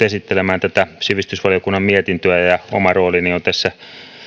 esittelemään tätä sivistysvaliokunnan mietintöä ja oma roolini on tässä